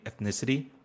ethnicity